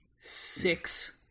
Six